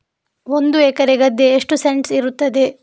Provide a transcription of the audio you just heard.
ಒಂದು ಎಕರೆ ಗದ್ದೆ ಎಷ್ಟು ಸೆಂಟ್ಸ್ ಇರುತ್ತದೆ?